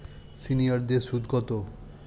সিনিয়ারদের সুদ কত?